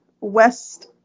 west